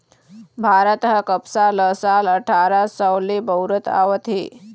भारत ह कपसा ल साल अठारा सव ले बउरत आवत हे